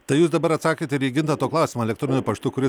tai jūs dabar atsakėt ir į gintauto klausimo elektroniniu paštu kuris